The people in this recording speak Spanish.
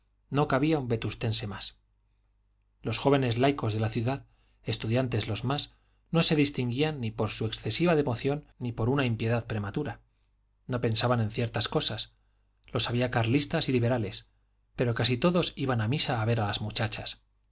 no cabía un vetustense más los jóvenes laicos de la ciudad estudiantes los más no se distinguían ni por su excesiva devoción ni por una impiedad prematura no pensaban en ciertas cosas los había carlistas y liberales pero casi todos iban a misa a ver las muchachas